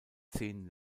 zehn